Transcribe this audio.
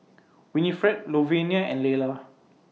Winifred Louvenia and Lela